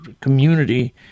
community